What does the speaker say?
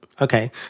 Okay